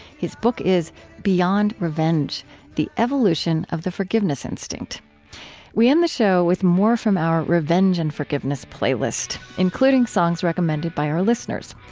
his book is beyond revenge the evolution of the forgiveness instinct we end the show with more from our revenge and forgiveness playlist including songs recommended by our listeners.